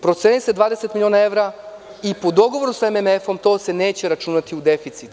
Procenjuje se 20 miliona evra i po dogovoru sa MMF to se neće računati u deficit.